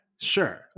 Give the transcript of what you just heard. sure